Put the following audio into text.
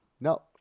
No